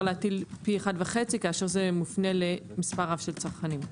להטיל פי 1.5 כאשר זה מופנה למס' רב של צרכנים.